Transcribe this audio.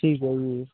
ਠੀਕ ਹੈ ਜੀ